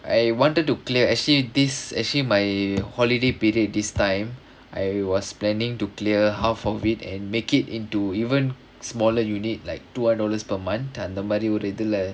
I wanted to clear actually this actually my holiday period this time I was planning to clear half of it and make it into even smaller unit like two hundred dollars per month அந்தமாரி ஒரு இதுல:anthamaari oru ithula